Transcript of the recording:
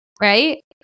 right